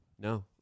No